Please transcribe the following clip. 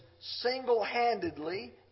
single-handedly